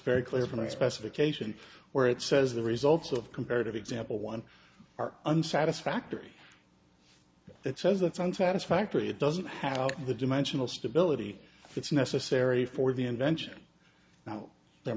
very clear from a specification where it says the results of comparative example one are unsatisfactorily that says it's on satisfactory it doesn't have the dimensional stability it's necessary for the invention now the